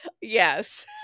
Yes